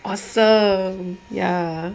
awesome ya